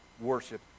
worship